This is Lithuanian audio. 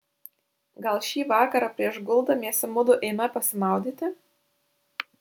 gal šį vakarą prieš guldamiesi mudu eime pasimaudyti